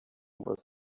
was